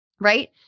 right